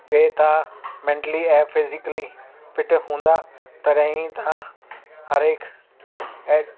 हिकु ॿिए खां मेंटली ऐं फिज़िकली फिट हूंदा तॾहिं ई तव्हां हर हिकु एट